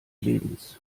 lebens